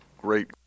great